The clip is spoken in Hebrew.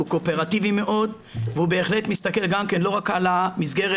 קואופרטיבי מאוד והוא בהחלט מסתכל גם כן לא רק על המסגרת